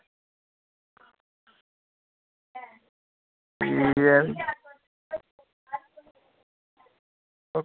ठीक ऐ भी